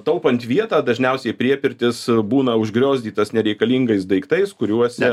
taupant vietą dažniausiai priepirtis būna užgriozdytas nereikalingais daiktais kuriuose